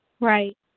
Right